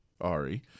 Ari